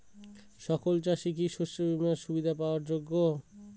সকল চাষি কি শস্য বিমার সুবিধা পাওয়ার যোগ্য?